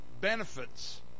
benefits